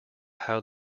how